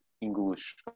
english